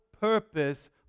purpose